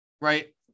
right